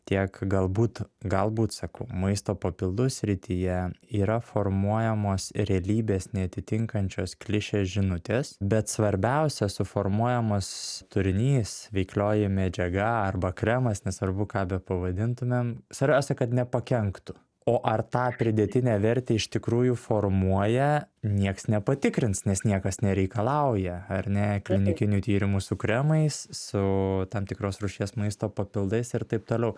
tiek galbūt galbūt sakau maisto papildų srityje yra formuojamos realybės neatitinkančios klišės žinutės bet svarbiausia suformuojamas turinys veiklioji medžiaga arba kremas nesvarbu ką bepavadintumėm svarbiausia kad nepakenktų o ar tą pridėtinę vertę iš tikrųjų formuoja nieks nepatikrins nes niekas nereikalauja ar ne klinikinių tyrimų su kremais su tam tikros rūšies maisto papildais ir taip toliau